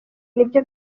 nibyo